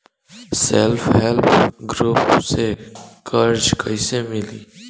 Self help group से कर्जा कईसे मिली?